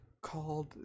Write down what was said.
called